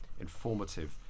informative